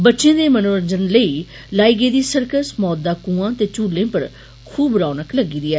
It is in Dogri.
बच्चें दे मनोरंजन आस्तै लाई गेदी सर्कस मौत दा कुआं ते झूलें उप्पर खूब रौनक लग्गी दी ऐ